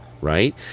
right